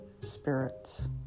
spirits